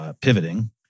pivoting